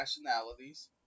nationalities